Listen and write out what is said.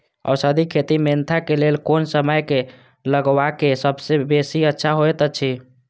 औषधि खेती मेंथा के लेल कोन समय में लगवाक सबसँ बेसी अच्छा होयत अछि?